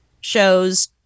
shows